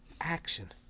action